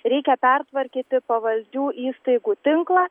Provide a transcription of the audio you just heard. reikia pertvarkyti pavaldžių įstaigų tinklą